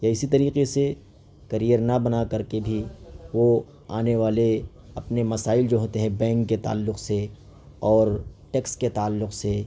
یا اسی طریقے سے کیریئر نہ بنا کر کے بھی وہ آنے والے اپنے مسائل جو ہوتے ہیں بینک کے تعلّق سے اور ٹیکس کے تعلق سے